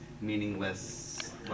meaningless